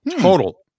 total